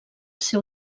ser